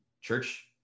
church